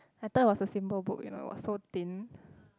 I thought it was a simple book you know was so thin